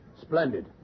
Splendid